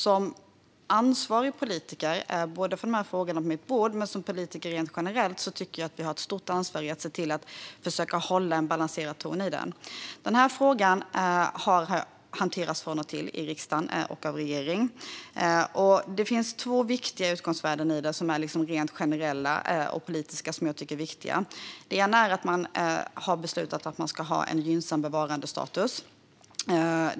Som politiker med ansvar för dessa frågor, och även som politiker generellt, tycker jag att vi har ett stort ansvar för att försöka hålla en balanserad ton i debatten. Frågan har från och till hanterats i riksdagen och av regeringen, och det finns två viktiga generella politiska utgångsvärden i den. Det ena är att man har beslutat att vi ska ha en gynnsam bevarandestatus.